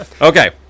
Okay